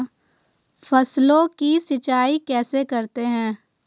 फसलों की सिंचाई कैसे करते हैं?